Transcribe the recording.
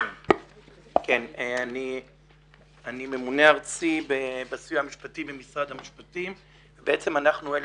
אני ממונה ארצי בסיוע המשפטי במשרד המשפטים ובעצם אנחנו אלה